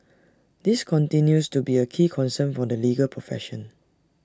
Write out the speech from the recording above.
this continues to be A key concern for the legal profession